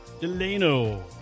Delano